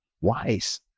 wise